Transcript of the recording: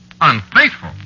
Unfaithful